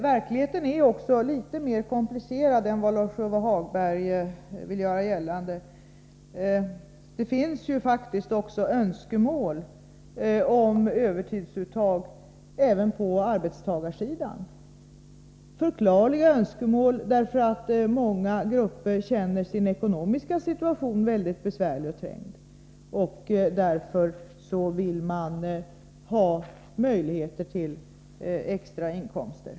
Verkligheten är litet mera komplicerad än vad Lars-Ove Hagberg gör gällande. Även på arbetstagarsidan har man faktiskt uttryckt önskemål om övertidsuttag. Önskemålen är förklarliga, eftersom många grupper upplever att de ekonomiskt befinner sig i en mycket besvärlig och trängd situation. Man vill således ha möjligheter till extrainkomster.